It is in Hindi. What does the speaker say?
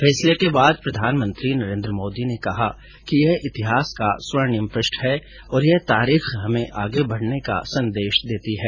फैसले के बाद प्रधानमंत्री नरेन्द्र मोदी ने कहा कि यह इतिहास का स्वर्णिम पृष्ठ है और यह तारीख हमे आगे बढने का संदेश देती है